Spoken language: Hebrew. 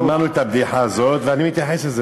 שמענו את הבדיחה הזאת ואני מתייחס לזה